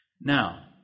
Now